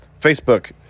Facebook